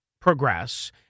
progress